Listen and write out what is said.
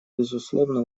безусловно